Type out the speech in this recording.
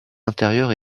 inférieure